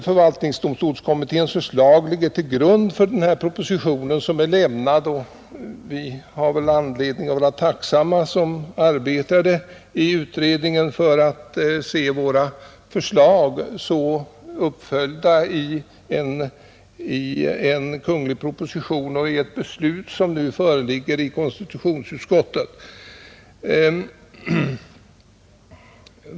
Förvaltningsdomstolskommitténs förslag ligger till grund för den proposition som är avlämnad, och vi som arbetade i utredningen har väl anledning att vara tacksamma över att se våra förslag uppföljda i en kunglig proposition och i det beslut som nu föreligger i konstitutionsutskottet.